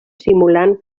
simulant